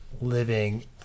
living